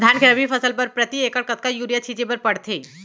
धान के रबि फसल बर प्रति एकड़ कतका यूरिया छिंचे बर पड़थे?